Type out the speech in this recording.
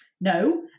no